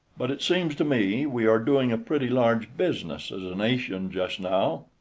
but it seems to me we are doing a pretty large business as a nation just now.